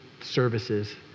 services